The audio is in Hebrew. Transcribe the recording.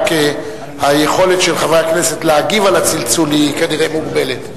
רק היכולת של חברי הכנסת להגיב על הצלצול היא כנראה מוגבלת.